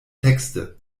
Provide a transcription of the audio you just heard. texte